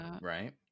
Right